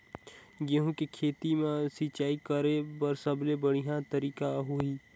गंहू के खेती मां सिंचाई करेके सबले बढ़िया तरीका होही?